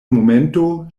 momento